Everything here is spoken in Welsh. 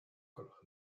gwelwch